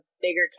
bigger